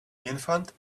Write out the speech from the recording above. infant